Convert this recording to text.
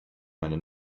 meine